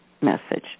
message